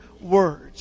words